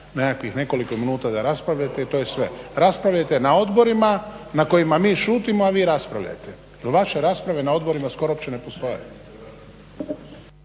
nekoliko minuta da raspravljate i to je sve. Raspravljajte na odborima na kojima mi šutimo, a vi raspravljajte jer vaše rasprave na odborima skoro uopće ne postoje.